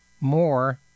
more